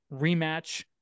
rematch